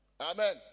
Amen